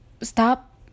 Stop